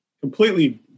completely